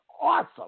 awesome